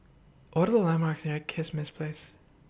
What Are The landmarks near Kismis Place